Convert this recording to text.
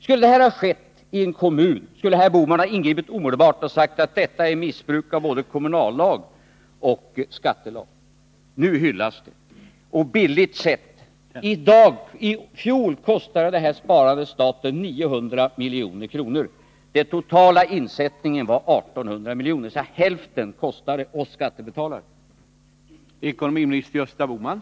Skulle det här ha skett i en kommun, hade herr Bohman omedelbart ingripit och sagt att detta är missbruk av både 92” kommunallag och skattelag. Nu hyllas det. I fjol kostade det här sparandet staten 900 milj.kr. Den totala insättningen var 18 000 milj.kr., dvs. hälften betalades av oss skattebetalare.